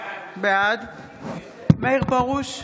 בעד מאיר פרוש,